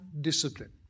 discipline